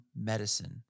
medicine